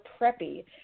preppy